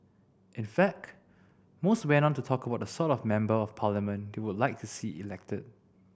in fact most went on to talk about the sort of Member of Parliament they would like to see elected